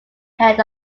hand